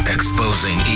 Exposing